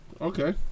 Okay